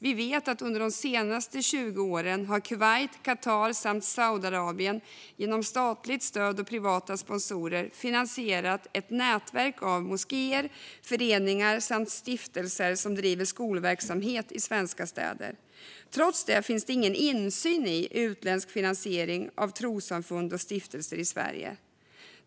Vi vet att under de senaste 20 åren har Kuwait, Qatar och Saudiarabien genom statligt stöd och privata sponsorer finansierat ett nätverk av moskéer och föreningar samt stiftelser som driver skolverksamhet i svenska städer. Trots det finns det ingen insyn i utländsk finansiering av trossamfund och stiftelser i Sverige.